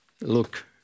look